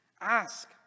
Ask